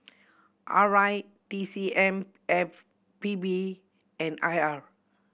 R I T C M E P B and I R